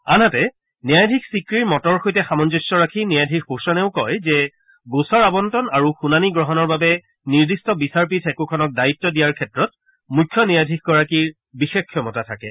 আনহাতে ন্যায়াধীশ ছিক্ৰিৰ মতৰ সৈতে সামঞ্জস্য ৰাখি ন্যায়াধীশ ভূষণেও কয় যে গোচৰ আৱণ্টন আৰু শুনানি গ্ৰহণৰ বাবে নিৰ্দিষ্ট বিচাৰপীঠ একোখনক দায়িত্ দিয়াৰ ক্ষেত্ৰত মুখ্য ন্যায়াধীশগৰাকীৰ বিশেষ ক্ষমতা থাকে